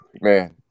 man